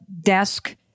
desk